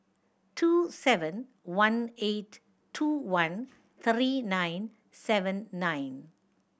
two seven one eight two one three nine seven nine